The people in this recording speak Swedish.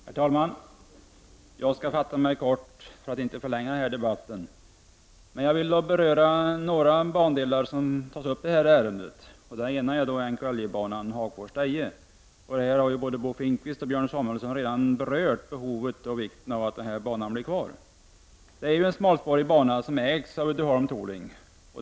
Herr talman! Jag skall fatta mig kort för att inte förlänga debatten. Jag vill beröra några bandelar som tas upp i detta ärende. En av dem är NKIJ-banan Hagfors—Deje. Både Bo Finnkvist och Björn Samuelson har redan berört behovet och vikten av att banan blir kvar. Detta är en smalspårig bana som ägs av Uddeholm Tooling.